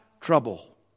trouble